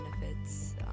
benefits